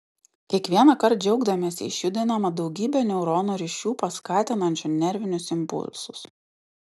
kiekvienąkart džiaugdamiesi išjudiname daugybę neuronų ryšių paskatinančių nervinius impulsus